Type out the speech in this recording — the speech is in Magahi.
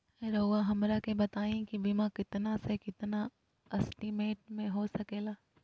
रहुआ हमरा के बताइए के बीमा कितना से कितना एस्टीमेट में हो सके ला?